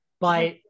But-